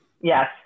yes